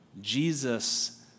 Jesus